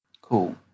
cool